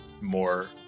more